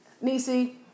Nisi